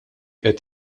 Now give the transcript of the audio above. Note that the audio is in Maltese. qed